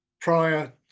prior